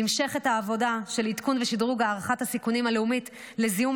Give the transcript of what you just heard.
נמשכת העבודה של עדכון ושדרוג הערכת הסיכונים הלאומית לזיהום